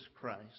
Christ